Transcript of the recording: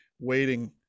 waiting